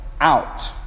out